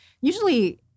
usually